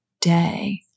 day